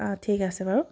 অঁ ঠিক আছে বাৰু